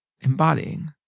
embodying